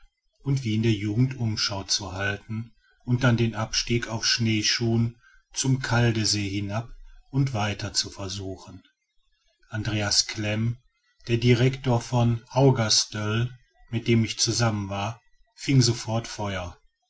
und wie in der jugend umschau zu halten und dann den abstieg auf schneeschuhen zum kaldesee hinab und weiter zu versuchen andreas klem der direktor von haugastöl mit dem ich zusammen war fing sofort feuer